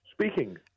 Speaking